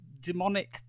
demonic